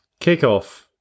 Kickoff